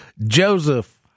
Joseph